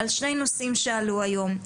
על שני נושאים שעלו היום.